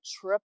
trip